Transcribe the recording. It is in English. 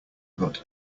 got